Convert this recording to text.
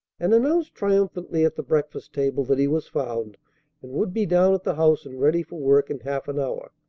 and announced triumphantly at the breakfast-table that he was found and would be down at the house and ready for work in half an hour.